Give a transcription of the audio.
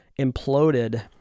imploded